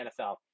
NFL